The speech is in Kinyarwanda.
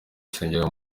asengera